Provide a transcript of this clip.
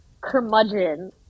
curmudgeon